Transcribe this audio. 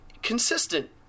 Consistent